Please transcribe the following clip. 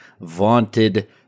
vaunted